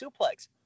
Suplex